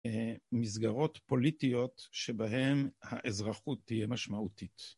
מסגרות פוליטיות שבהן האזרחות תהיה משמעותית.